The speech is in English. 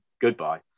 Goodbye